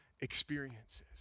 experiences